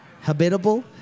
Habitable